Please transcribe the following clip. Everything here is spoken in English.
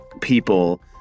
people